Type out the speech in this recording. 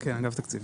(צוחק).